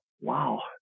Wow